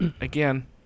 again